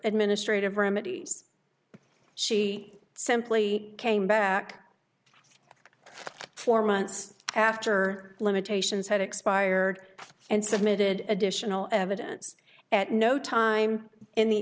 administrative remedies she simply came back four months after limitations had expired and submitted additional evidence at no time in the